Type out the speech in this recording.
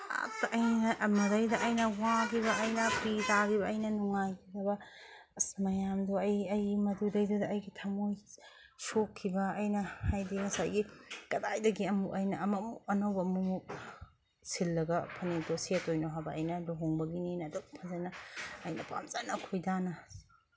ꯍꯦꯛꯇ ꯑꯩꯅ ꯃꯗꯩꯗ ꯑꯩꯅ ꯋꯥꯒꯤꯕ ꯑꯩꯅ ꯄꯤ ꯇꯥꯒꯤꯕ ꯑꯩꯅ ꯅꯨꯡꯉꯥꯏꯇꯕ ꯑꯁ ꯃꯌꯥꯝꯗꯣ ꯑꯩ ꯑꯩ ꯃꯗꯨꯗꯩꯗꯨꯗ ꯑꯩꯒꯤ ꯊꯝꯃꯣꯏ ꯁꯣꯛꯈꯤꯕ ꯑꯩꯅ ꯍꯥꯏꯗꯤ ꯉꯁꯥꯏꯒꯤ ꯀꯗꯥꯏꯗꯒꯤ ꯑꯃꯨꯛ ꯑꯩꯅ ꯑꯃꯃꯨꯛ ꯑꯅꯧꯕ ꯑꯃꯃꯨꯛ ꯁꯤꯜꯂꯒ ꯐꯅꯦꯛꯇꯣ ꯁꯦꯠꯇꯣꯏꯅ ꯍꯥꯏꯕ ꯑꯩꯅ ꯂꯨꯍꯣꯡꯕꯒꯤꯅꯤꯅ ꯑꯗꯨꯛ ꯐꯖꯅ ꯑꯩꯅ ꯄꯥꯝꯖꯅ ꯈꯣꯏꯗꯥꯅ